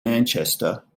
manchester